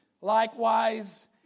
Likewise